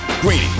Greeny